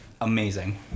amazing